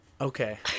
Okay